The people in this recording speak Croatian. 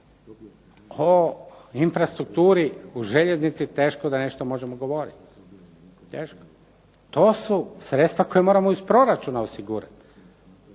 O infrastrukturi u željeznici teško da nešto možemo govoriti. Teško. To su sredstva koja moramo iz proračuna osigurati.